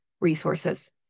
resources